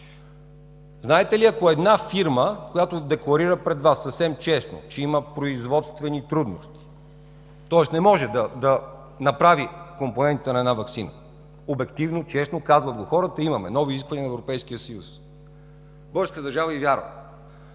Знаете ли, ако една фирма, която декларира пред Вас съвсем честно, че има производствени трудности, тоест не може да направи компонентите на една ваксина – обективно и честно, казват го хората: „Имаме нови изисквания на Европейския съюз”, и българската държава й вярва.